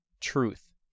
truth